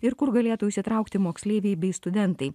ir kur galėtų įsitraukti moksleiviai bei studentai